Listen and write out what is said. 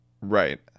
Right